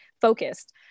focused